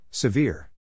Severe